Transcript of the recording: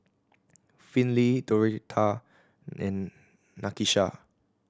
Finley Doretha and Nakisha